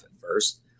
first